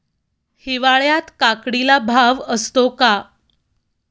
हिवाळ्यात काकडीला भाव असतो का?